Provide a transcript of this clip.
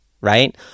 right